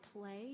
play